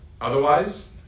Otherwise